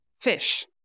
fish